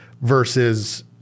versus